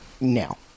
now